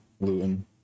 Luton